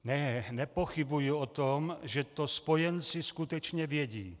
Ne, nepochybuji o tom, že to spojenci skutečně věcí.